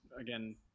again